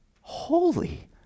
holy